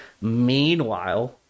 Meanwhile